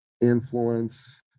influence